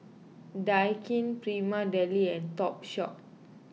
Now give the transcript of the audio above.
Daikin Prima Deli and Topshop